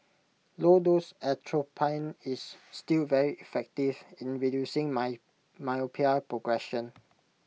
low dose atropine is still very effective in reducing my myopia progression